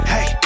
Hey